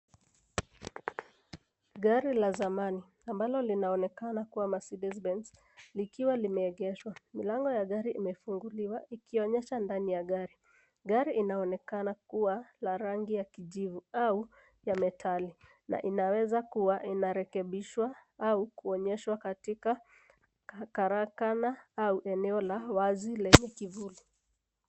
Gari la zamani ambalo linaonekana kuwa Mercedez Benz likiwa limeegeshwa. Milango ya gari imefunguliwa ikionyesha ndani ya gari. Gari inaonekana kuwa la rangi ya kijivu au ya metali, na inawezakuwa inarekebishwa au kuonyeshwa katika karakana au eneo la wazi lenye kivuli.